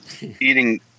eating